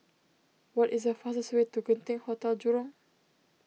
what is the fastest way to Genting Hotel Jurong